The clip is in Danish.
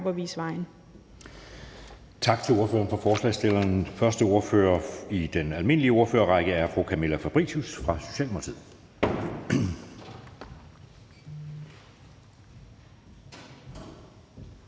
Tak til ordføreren for forespørgerne. Den første ordfører i den almindelige ordførerrække er fru Camilla Fabricius fra Socialdemokratiet.